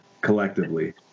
collectively